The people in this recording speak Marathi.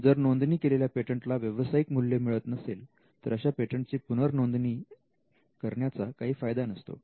जर नोंदणी केलेल्या पेटंटला व्यावसायिक मूल्य मिळत नसेल तर अशा पेटंटची पुनरनोंदणी करण्याचा काही फायदा नसतो